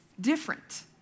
different